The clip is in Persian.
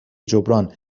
جبران